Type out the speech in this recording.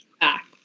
back